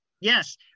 Yes